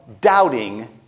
doubting